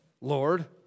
Lord